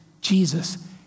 Jesus